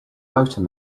motor